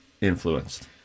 influenced